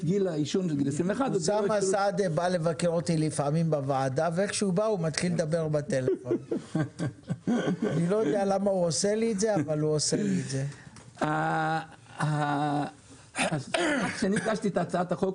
גיל העישון לגיל 21. כשהגשתי את הצעת החוק,